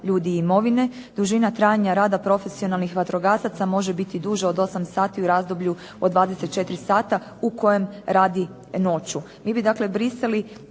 ljudi i imovine dužina trajanja rada profesionalnih vatrogasaca može biti duža od 8 sati u razdoblju od 24 sata u kojem radi noću." Mi bi dakle brisali